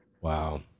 Wow